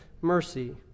mercy